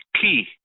key